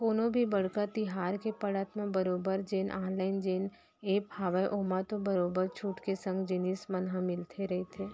कोनो भी बड़का तिहार के पड़त म बरोबर जेन ऑनलाइन जेन ऐप हावय ओमा तो बरोबर छूट के संग जिनिस मन ह मिलते रहिथे